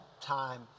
time